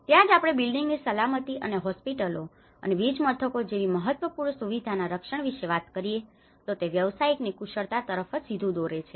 ત્યાં જ આપણે બિલ્ડિંગની સલામતી અને હોસ્પિટલો અને વીજમથકો જેવી મહત્વપૂર્ણ સુવિધાઓના રક્ષણ વિશે વાત કરીએ તો તે વ્યવસાયિકોની કુશળતા તરફ જ સીધુ દોરે છે